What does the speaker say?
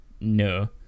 no